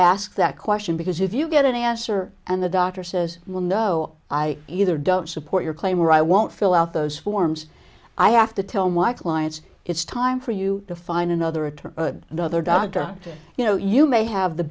ask that question because if you get an answer and the doctor says well no i either don't support your claim or i won't fill out those forms i have to tell my clients it's time for you to find another a to another doctor you know you may have the